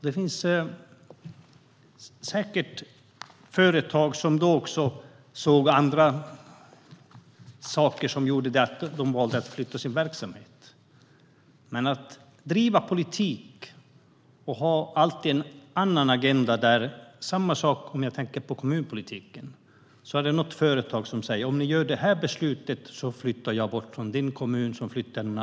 Det fanns säkert företag som såg andra saker som gjorde att de valde att flytta sin verksamhet, men man kan inte driva politik och alltid ha en annan agenda. Det är samma sak i kommunpolitiken - där är det alltid någon företagare som säger: Om ni fattar det här beslutet flyttar jag någon annanstans, bort från din kommun.